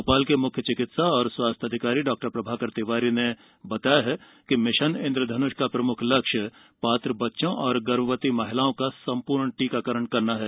भोपाल के म्ख्य चिकित्सा और स्वास्थ्य अधिकारी डॉ प्रभाकर तिवारी ने बताया कि मिशन इंद्रधन्ष का प्रम्ख लक्ष्य पात्र बच्चों और गर्भवती महिलाओं का सम्पूर्ण टीकाकरण कराना है